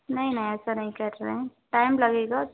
नहीं ना ऐसा नहीं कर रहे हैं टाइम लगेगा